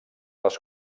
les